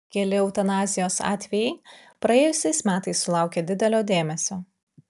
keli eutanazijos atvejai praėjusiais metais sulaukė didelio dėmesio